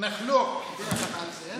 נחלוק ביחד על זה.